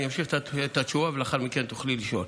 אני אמשיך את התשובה ולאחר מכן תוכלי לשאול.